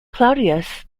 claudius